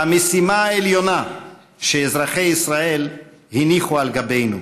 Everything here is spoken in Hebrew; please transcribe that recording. המשימה העליונה שאזרחי ישראל הניחו על גבינו.